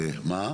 לא, לא,